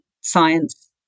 science